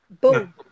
Boom